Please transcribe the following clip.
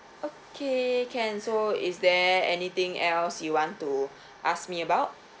okay can so is there anything else you want to ask me about